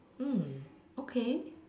mm okay